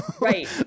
Right